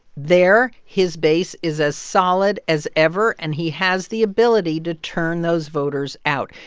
there, his base is as solid as ever. and he has the ability to turn those voters out,